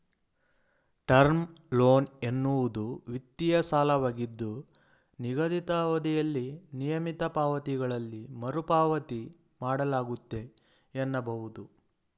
term loan ಎನ್ನುವುದು ವಿತ್ತೀಯ ಸಾಲವಾಗಿದ್ದು ನಿಗದಿತ ಅವಧಿಯಲ್ಲಿ ನಿಯಮಿತ ಪಾವತಿಗಳಲ್ಲಿ ಮರುಪಾವತಿ ಮಾಡಲಾಗುತ್ತೆ ಎನ್ನಬಹುದು